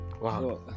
Wow